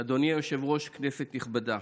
אדוני היושב-ראש, כנסת נכבדה,